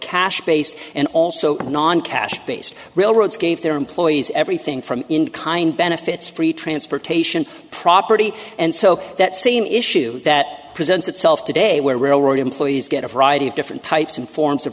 cash based and also non cash based railroads gave their employees everything from in kind benefits free transportation property and so that same issue that presents itself today where railroad employees get a variety of different types and forms of